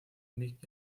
mick